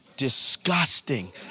disgusting